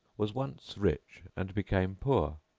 was once rich and became poor,